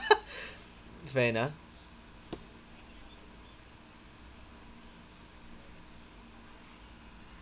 fair enough